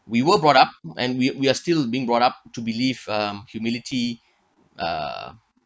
we were brought up and we we are still being brought up to believe um humility uh